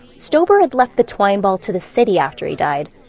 stoeber had left the twine ball to the city after he died,